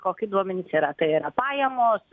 kokie duomenys yra tai yra pajamos